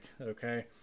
okay